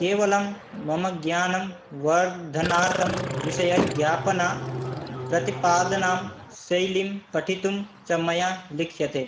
केवलं मम ज्ञानवर्धनार्थं विषयज्ञापनाप्रतिपादनां शैलीं पठितुं च मया लिख्यते